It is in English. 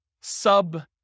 sub